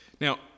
Now